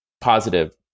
positive